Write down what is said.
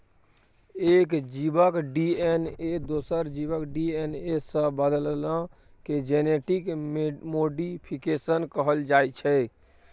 एक जीबक डी.एन.ए दोसर जीबक डी.एन.ए सँ बदलला केँ जेनेटिक मोडीफिकेशन कहल जाइ छै